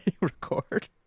record